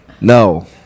No